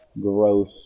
gross